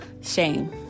shame